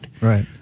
right